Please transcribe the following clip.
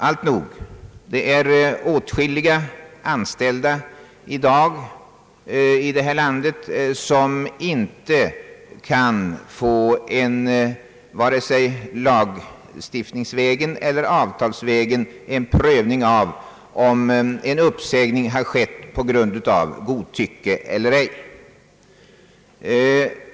Alltnog, det finns i dag åtskilliga anställda i det här landet, som inte vare sig lagstiftningsvägen eller avtalsvägen kan få en prövning till stånd av frågan om en uppsägning har skett på grund av godtycke eller ej.